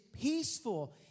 peaceful